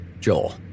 Joel